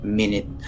minute